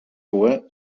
vor